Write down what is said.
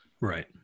Right